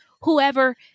whoever